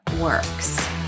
works